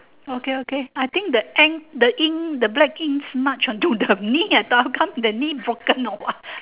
okay okay I think the and the ink the black ink smudge onto the knee I thought how come the knee broken or what